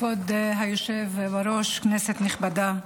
כבוד היושב בראש, כנסת נכבדה,